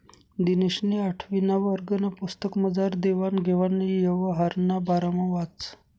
दिनेशनी आठवीना वर्गना पुस्तकमझार देवान घेवान यवहारना बारामा वाचं